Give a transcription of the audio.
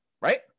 right